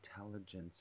intelligence